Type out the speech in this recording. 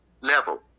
level